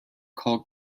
called